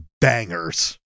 bangers